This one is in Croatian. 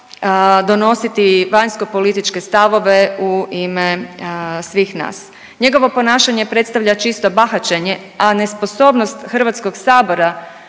donositi vanjskopolitičke stavove u ime svih nas. Njegovo ponašanje predstavlja čisto bahaćenje, a nesposobnost HS-a da